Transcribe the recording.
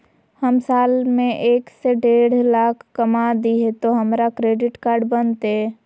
हम साल में एक से देढ लाख कमा हिये तो हमरा क्रेडिट कार्ड बनते?